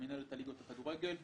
במנהלת הליגות לכדורגל,